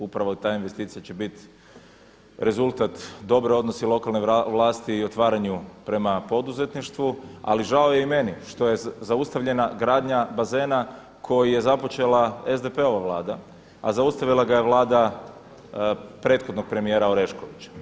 Upravo ta investicija će biti rezultat dobrog odnosa lokalne vlasti i otvaranju prema poduzetništvu, ali žao je i meni što je zaustavljena gradnja bazena koji je započela SDP ova, a zaustavila ga je Vlada prethodnog premijera Oreškovića.